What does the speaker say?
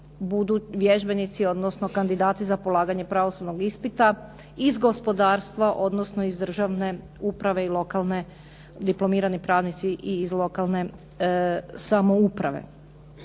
oni, vježbenici, odnosno kandidati za polaganje pravosudnog ispita iz gospodarstva, odnosno iz državne uprave i lokalne, diplomirani pravnici i iz lokalne samouprave.